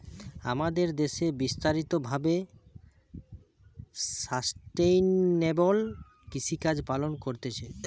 আমাদের দ্যাশে বিস্তারিত ভাবে সাস্টেইনেবল কৃষিকাজ পালন করতিছে